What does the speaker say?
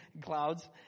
clouds